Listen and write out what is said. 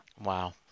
Wow